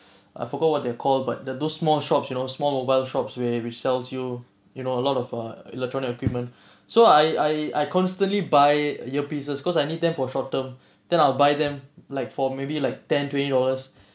I forgot what they call but they're those small shops you know small mobile shops where it resells you you know a lot of err electronic equipment so I I I constantly buy earpieces cause I need them for short term then I'll buy them like for maybe like ten twenty dollars